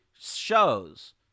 shows